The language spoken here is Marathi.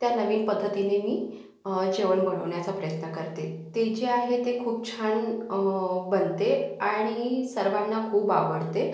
त्या नवीन पद्धतीने मी जेवण बनवण्याचा प्रयत्न करते ते जे आहे ते खूप छान बनते आणि सर्वांना खूप आवडते